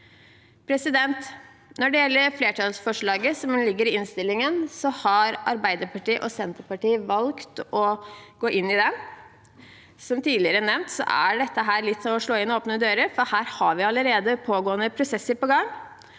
likestilling. Når det gjelder flertallsforslagene som ligger i innstillingen, har Arbeiderpartiet og Senterpartiet valgt å gå inn i dem. Som tidligere nevnt er dette litt som å slå inn åpne dører, for her har vi allerede prosesser på gang.